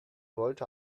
wollte